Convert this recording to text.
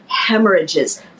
hemorrhages